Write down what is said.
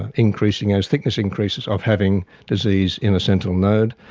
and increasing as thickness increases, of having disease in a sentinel node,